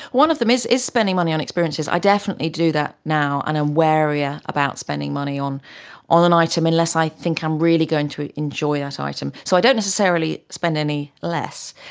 one of them is is spending money on experiences. i definitely do that now and i'm warier about spending money on on an item unless i think i'm really going to enjoy that so item. so i don't necessarily spend any less,